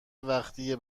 وقتی